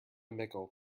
mickle